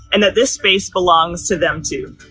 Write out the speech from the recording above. and that this space belongs to them too.